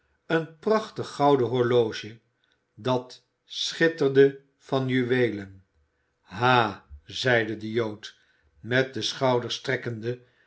een prachtig gouden horloge dat schitterde van juweelen ha zeide de jood met de schouders trekkende